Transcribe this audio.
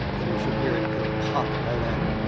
and you should hear it. it'll pop right in.